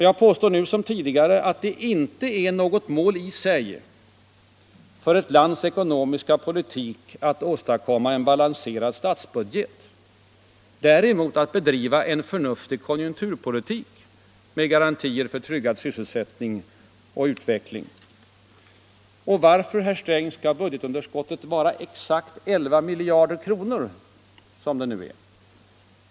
Jag påstår, nu som tidigare, att det inte är något mål i sig för ett lands ekonomiska politik att åstadkomma en balanserad statsbudget. Däremot bör man ha som mål att bedriva en förnuftig konjunkturpolitik med garantier för tryggad sysselsättning och utveckling. Och varför — herr Sträng — skall budgetunderskottet vara exakt 11 miljarder, som det nu är?